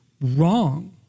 wrong